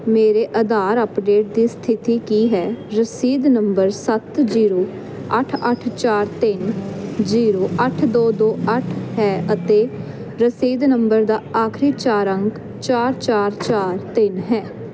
ਮੇਰੇ ਆਧਾਰ ਅੱਪਡੇਟ ਦੀ ਸਥਿਤੀ ਕੀ ਹੈ ਰਸੀਦ ਨੰਬਰ ਸੱਤ ਜੀਰੋ ਅੱਠ ਅੱਠ ਚਾਰ ਤਿੰਨ ਜੀਰੋ ਅੱਠ ਦੋ ਦੋ ਅੱਠ ਹੈ ਅਤੇ ਰਸੀਦ ਨੰਬਰ ਦਾ ਆਖਰੀ ਚਾਰ ਅੰਕ ਚਾਰ ਚਾਰ ਚਾਰ ਤਿੰਨ ਹੈ